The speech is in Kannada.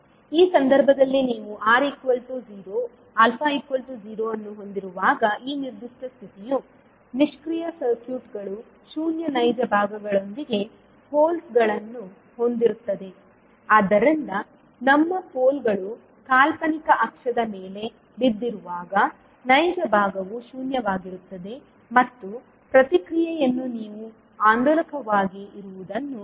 ಈ ಸಂದರ್ಭದಲ್ಲಿ ನೀವು R0α0 ಅನ್ನು ಹೊಂದಿರುವಾಗ ಈ ನಿರ್ದಿಷ್ಟ ಸ್ಥಿತಿಯು ನಿಷ್ಕ್ರಿಯ ಸರ್ಕ್ಯೂಟ್ಗಳು ಶೂನ್ಯ ನೈಜ ಭಾಗಗಳೊಂದಿಗೆ ಹೋಲ್ಸಗಳನ್ನು ಹೊಂದಿರುತ್ತದೆ ಆದ್ದರಿಂದ ನಮ್ಮ ಪೋಲ್ಗಳು ಕಾಲ್ಪನಿಕ ಅಕ್ಷದ ಮೇಲೆ ಬಿದ್ದಿರುವಾಗ ನೈಜ ಭಾಗವು ಶೂನ್ಯವಾಗಿರುತ್ತದೆ ಮತ್ತು ಪ್ರತಿಕ್ರಿಯೆಯನ್ನು ನೀವು ಆಂದೋಲಕವಾಗಿ ಇರುವುದನ್ನು ನೋಡುತ್ತೀರಿ